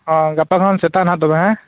ᱦᱳᱭ ᱜᱟᱯᱟᱫᱚ ᱥᱮᱛᱟᱜ ᱱᱟᱦᱟᱜ ᱛᱚᱵᱮ ᱦᱮᱸ